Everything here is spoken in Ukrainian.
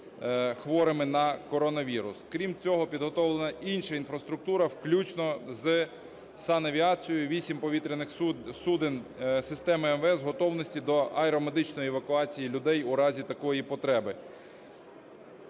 хворими на коронавірус. Крім цього, підготовлена інша інфраструктура включно з санавіацією. 8 повітряних суден системи МВС в готовності до аеромедичної евакуації людей в разі такої потреби.